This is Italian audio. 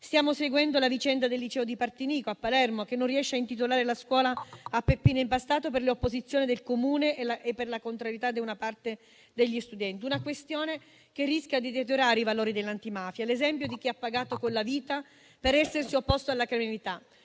Stiamo seguendo la vicenda del liceo di Partinico a Palermo che non riesce a intitolare la scuola a Peppino Impastato per l'opposizione del Comune e per la contrarietà di una parte degli studenti: una questione che rischia di deteriorare i valori dell'antimafia, l'esempio di chi ha pagato con la vita per essersi opposto alla criminalità.